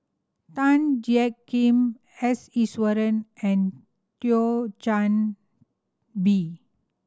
Tan Jiak Kim S Iswaran and Thio Chan Bee